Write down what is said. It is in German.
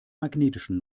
magnetischen